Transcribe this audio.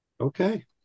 Okay